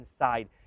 inside